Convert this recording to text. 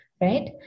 right